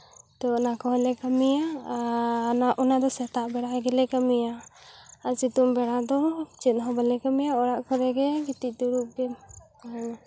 ᱛᱳ ᱚᱱᱟ ᱠᱚᱦᱚᱸᱞᱮ ᱠᱟᱹᱢᱤᱭᱟ ᱟᱨ ᱚᱱᱟᱫᱚ ᱥᱮᱛᱟᱜ ᱵᱮᱲᱟ ᱜᱮᱞᱮ ᱠᱟᱹᱢᱤᱭᱟ ᱟᱨ ᱥᱤᱛᱩᱝ ᱵᱮᱲᱟ ᱫᱚ ᱪᱮᱫ ᱦᱚᱸ ᱵᱟᱞᱮ ᱠᱟᱹᱢᱤᱭᱟ ᱚᱲᱟᱜ ᱠᱚᱨᱮ ᱜᱮ ᱜᱤᱛᱤᱡ ᱫᱩᱲᱩᱵ ᱜᱮᱞᱮ ᱛᱟᱦᱮᱱᱟ